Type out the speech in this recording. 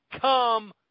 come